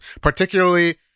Particularly